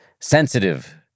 sensitive